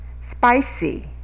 spicy